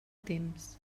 temps